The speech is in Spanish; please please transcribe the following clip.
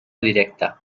directa